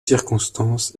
circonstance